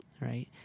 Right